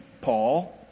Paul